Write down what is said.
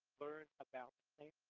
learn about the